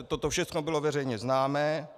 Toto všechno bylo veřejně známo.